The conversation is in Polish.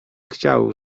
chciał